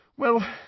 Well